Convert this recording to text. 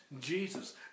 Jesus